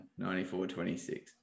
94-26